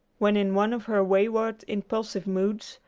when in one of her wayward impulsive moods,